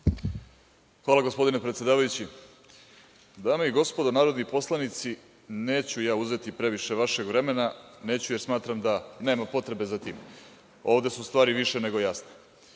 Hvala, gospodine predsedavajući. Dame i gospodo narodni poslanici, neću uzeti previše vašeg vremena, neću jer smatram da nema potrebe za tim. Ovde su stvari više nego jasne.